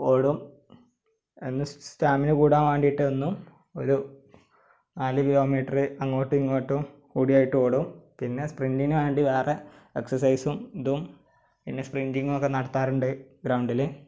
ഓടും എന്നും സ് സ്റ്റാമിന കൂടാൻ വേണ്ടിയിട്ട് എന്നും ഒരു നാല് കിലോമീറ്റ്റ് അങ്ങോട്ടും ഇങ്ങോട്ടും കൂടിയായിട്ട് ഓടും പിന്നെ സ്പ്രിൻടിന് വേണ്ടി വേറെ എക്സസൈസും ഇതും പിന്നെ സ്പ്രിൻടിങ്ങും ഒക്കെ നടത്താറുണ്ട് ഗ്രൗണ്ടില്